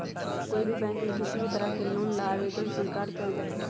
कोई भी बैंक में किसी भी तरह के लोन ला आवेदन स्वीकार्य कइल जाहई